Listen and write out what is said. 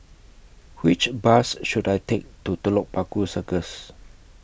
Which Bus should I Take to Telok Paku Circus